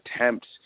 attempts